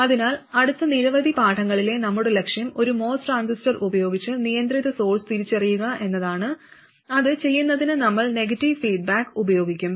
അതിനാൽ അടുത്ത നിരവധി പാഠങ്ങളിലെ നമ്മുടെ ലക്ഷ്യം ഒരു MOS ട്രാൻസിസ്റ്റർ ഉപയോഗിച്ച് നിയന്ത്രിത സോഴ്സ് തിരിച്ചറിയുക എന്നതാണ് അത് ചെയ്യുന്നതിന് നമ്മൾ നെഗറ്റീവ് ഫീഡ്ബാക്ക് ഉപയോഗിക്കും